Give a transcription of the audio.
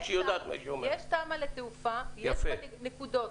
יש תמ"א לתעופה, יש בה נקודות.